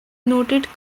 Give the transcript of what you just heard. noted